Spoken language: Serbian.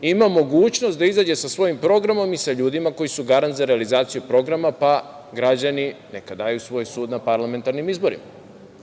ima mogućnost da izađe sa svojim programom i sa ljudima koji su garant za realizaciju programa, pa građani neka daju svoj sud na parlamentarnim izborima. Treća